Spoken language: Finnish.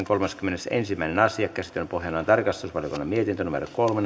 kolmaskymmenesensimmäinen asia käsittelyn pohjana on tarkastusvaliokunnan mietintö kolme